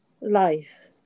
life